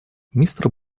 мистер